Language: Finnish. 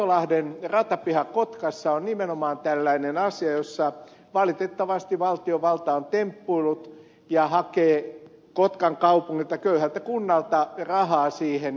kotolahden ratapiha kotkassa on nimenomaan tällainen asia jossa valitettavasti valtiovalta on temppuillut ja hakee kotkan kaupungilta köyhältä kunnalta rahaa siihen